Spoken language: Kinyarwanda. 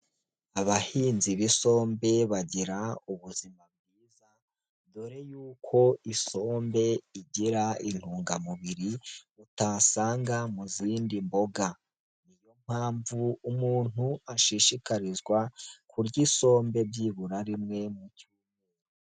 Abahinzi b'isombe bagira ubuzima bwiza dore yuko isombe igira intungamubiri utasanga mu zindi mboga. Niyo mpamvu umuntu ashishikarizwa kurya isombe byibura rimwe mucyumweru.